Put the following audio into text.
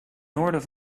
noorden